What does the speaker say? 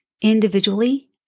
individually